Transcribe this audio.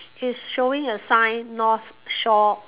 is showing a sign north shore